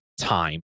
time